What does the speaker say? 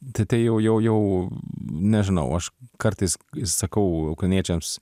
tai tai jau jau jau nežinau aš kartais sakau kauniečiams